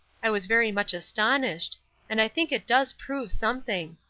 i was very much astonished and i think it does prove something.